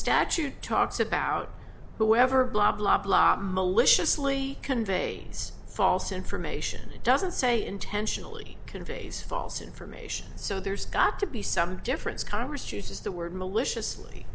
statute talks about whoever blah blah blah just lee conveys false information it doesn't say intentionally conveys false information so there's got to be some difference congress chooses the word maliciously